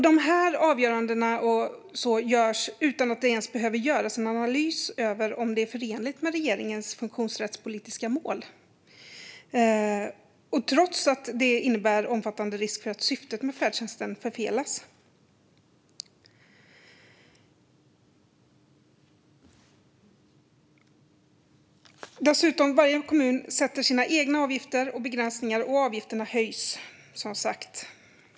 Detta kan avgöras utan att man ens behöver göra en analys av om det är förenligt med regeringens funktionsrättspolitiska mål och trots att det innebär omfattande risk för att syftet med färdtjänsten förfelas. Dessutom sätter varje kommun sina egna avgifter och begränsningar, och avgifterna höjs som sagt.